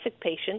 patient